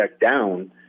down